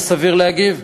וזה סביר בשביל להגיב,